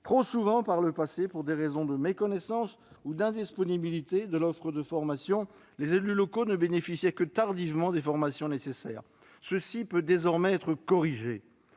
Trop souvent par le passé, pour des raisons de méconnaissance ou d'indisponibilité de l'offre de formation, les élus locaux ne bénéficiaient que tardivement des formations nécessaires. Cela peut désormais être corrigé.